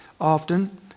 often